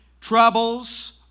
troubles